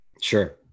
Sure